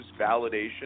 validation